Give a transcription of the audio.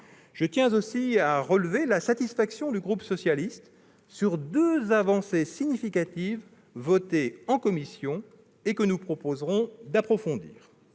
Je tiens aussi à relever la satisfaction du groupe socialiste sur deux avancées significatives votées en commission, que nous proposerons d'approfondir.